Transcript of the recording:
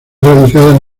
radicada